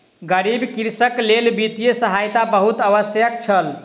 गरीब कृषकक लेल वित्तीय सहायता बहुत आवश्यक छल